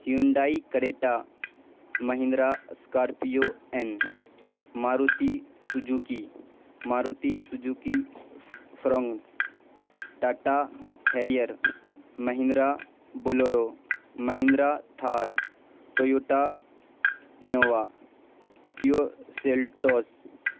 Hyundai Creta Mahindra Scorpio N Maruti Suzuki Maruti Suzuki Fronx Tata Harrier Mahindra Bolero Mahindra Thar Toyota Innova Kia Seltos